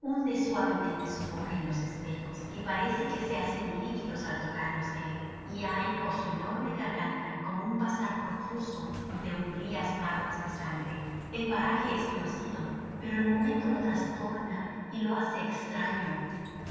hunde suavemente su boca en los espejos que parece que se hacen líquidos al tocarlos él y hay por su enorme garganta como un pasar profuso de umbrías aguas de sangre el paraje es conocido pero el momento lo trastorna y lo hace extraño